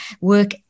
work